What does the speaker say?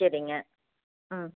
சரிங்க ம்